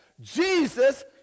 jesus